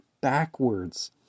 backwards